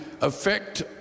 affect